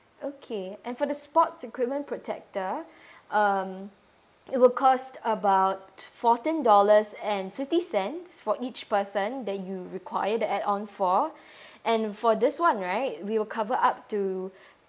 okay and for the sports equipment protector um it will cost about fourteen dollars and fifty cents for each person that you require the add on for and for this [one] right we will cover up to